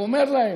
הוא אומר להם,